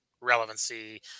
relevancy